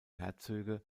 herzöge